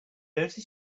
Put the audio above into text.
noticed